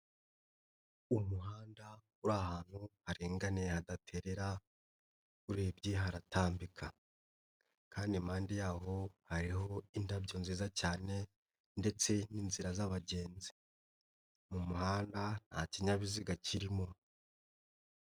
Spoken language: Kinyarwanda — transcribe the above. Umuhanda uri ahantu haringaniye hadaterera urebye haratambika kandi impande y'aho hariho indabyo nziza cyane ndetse n'inzira z'abagenzi, mu muhanda nta kinyabiziga kirimo.